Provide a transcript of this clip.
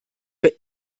für